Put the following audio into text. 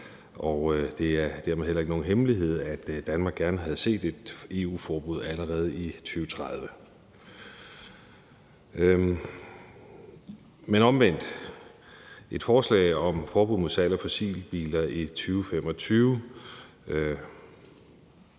Det er dermed heller ikke nogen hemmelighed, at Danmark gerne havde set et EU-forbud allerede i 2030. Omvendt vil et forslag om forbud mod salg af fossilbiler i 2025